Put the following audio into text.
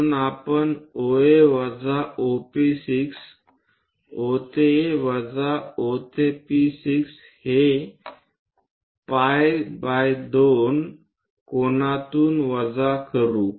म्हणून आपण OA वजा OP6 O ते A वजा O ते P6 हे पाय 2 बाय कोनातून वजा करू